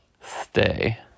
Stay